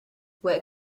what